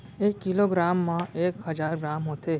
एक kilogram मा एक हजार ग्राम होथे